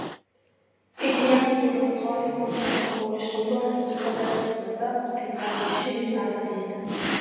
kiekvieną tūrio colį pastorius buvo išnaudojęs ir pavertęs vieta kur galima šį bei tą padėti